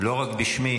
לא רק בשמי,